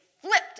flipped